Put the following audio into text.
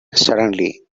suddenly